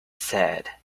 said